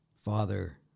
Father